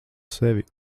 sevi